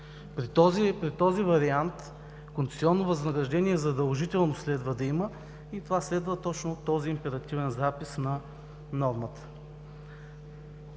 При този вариант концесионно възнаграждение задължително следва да има и това следва точно от този императивен запис на нормата.